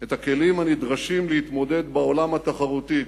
את הכלים הנדרשים להתמודד בעולם התחרותי,